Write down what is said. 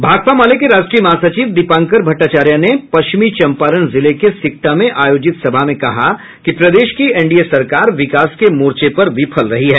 भाकपा माले के राष्ट्रीय महासचिव दीपांकर भट्टाचार्य ने पश्चिमी चंपारण जिले के सिकटा में आयोजित सभा में कहा कि प्रदेश की एनडीए सरकार विकास के मोर्चे पर विफल रही है